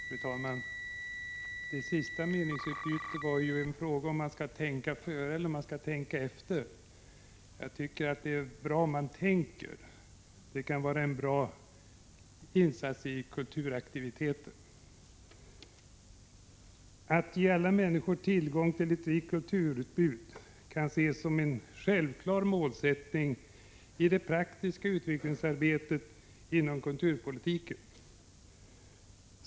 Fru talman! Det senaste meningsutbytet gällde frågan om man skall tänka — 25 april 1986 före eller efter. Det är bra om man tänker — det kan vara en god insats i kulturaktiviteten. Att ge alla människor tillgång till ett rikt kulturutbud kan ses som en självklar målsättning i det praktiska utvecklingsarbetet inom kulturpolitiken.